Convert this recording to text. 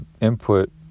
input